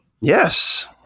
Yes